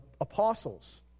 apostles